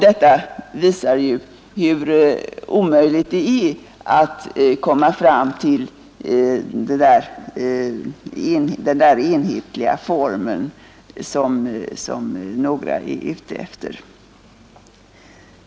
Detta visar hur omöjligt det är att komma fram till den där enhetliga formeln som några är ute efter.